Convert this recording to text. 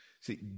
See